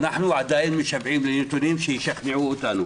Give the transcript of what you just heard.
אנחנו עדיין משוועים לנתונים שישכנעו אותנו.